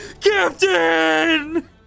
Captain